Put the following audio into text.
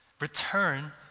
return